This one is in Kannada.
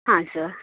ಹಾಂ ಸರ್